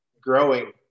growing